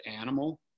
animal